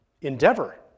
endeavor